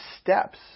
steps